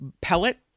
pellet